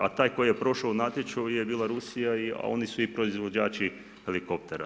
A taj koji je prošao u natječaju je bila Rusija, a oni su i proizvođači helikoptera.